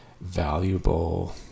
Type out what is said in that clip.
valuable